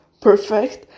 perfect